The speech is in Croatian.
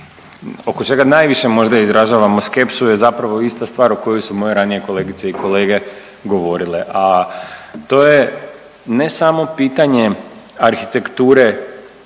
oko čega najviše možda izražavamo skepsu je zapravo ista stvar o kojoj su moje ranije kolegice i kolege govorile, a to je ne samo pitanje arhitekture